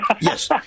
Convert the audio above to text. Yes